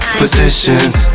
positions